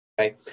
Okay